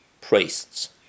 priests